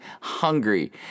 hungry